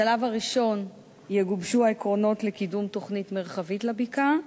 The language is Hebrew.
בשלב הראשון יגובשו העקרונות לקידום תוכנית מרחבית לבקעה,